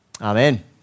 Amen